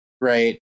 right